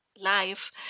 life